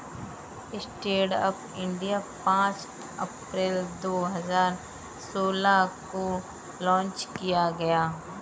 stand up India पांच April दो हजार सोलह को लॉन्च किया गया